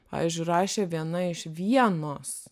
pavyzdžiui rašė viena iš vienos